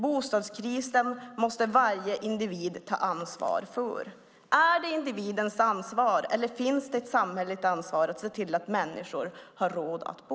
Bostadskrisen måste varje individ ta ansvar för, har han sagt. Är det individens ansvar eller finns det ett samhälleligt ansvar för att se till att människor har råd att bo?